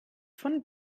von